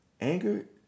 anger